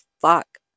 fuck